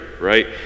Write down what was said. right